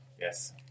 Yes